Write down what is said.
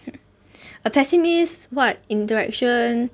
a pessimist what in direction